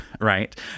right